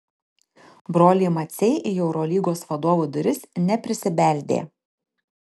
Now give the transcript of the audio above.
broliai maciai į eurolygos vadovų duris neprisibeldė